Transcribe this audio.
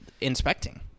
Inspecting